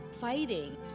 fighting